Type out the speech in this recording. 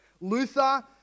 Luther